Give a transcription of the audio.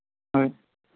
হয়